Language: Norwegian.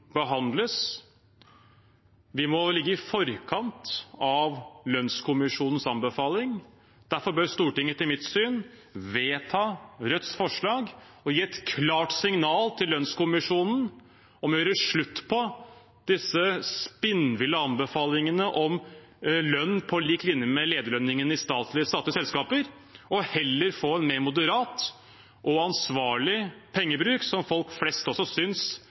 behandles. Vi må ligge i forkant av lønnskommisjonens anbefaling. Derfor bør Stortinget, etter mitt syn, vedta Rødts forslag og gi et klart signal til lønnskommisjonen om å gjøre slutt på disse spinnville anbefalingene om lønn på lik linje med lederlønningene i statlig eide selskaper og heller få en mer moderat og ansvarlig pengebruk, som også er i tråd med rettferdighetssansen til folk flest.